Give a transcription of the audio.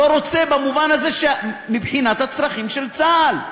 לא רוצה במובן, מבחינת הצרכים של צה"ל.